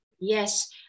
Yes